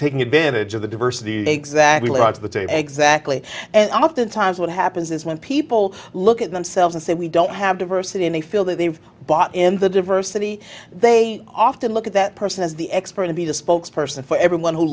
taking advantage of the diversity exactly like the exactly and oftentimes what happens is when people look at themselves and say we don't have diversity and they feel that they've bought in the diversity they often look at that person as the expert to be the spokes person for everyone who